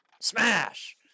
Smash